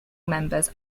members